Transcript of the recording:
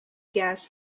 gas